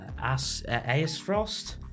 Aesfrost